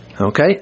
Okay